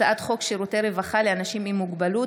הצעת חוק שירותי רווחה לאנשים עם מוגבלות,